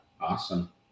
Awesome